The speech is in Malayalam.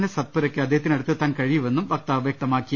എസ് സത്പു രക്ക് അദ്ദേഹത്തിനടുത്തെത്താൻ കഴിയൂവെന്നും വക്താവ് വൃക്തമാക്കി